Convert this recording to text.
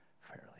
fairly